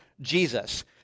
Jesus